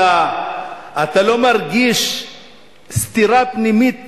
אתה לא מרגיש סתירה פנימית